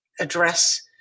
address